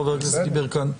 חבר הכנסת יברקן.